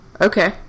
Okay